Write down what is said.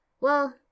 Well